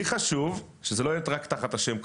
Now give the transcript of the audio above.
לי חשוב שזה לא יהיה רק תחת השם 'קרפור',